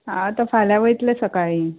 हांव आतां फाल्यां वयतले सकाळी